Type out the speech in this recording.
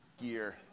gear